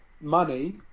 money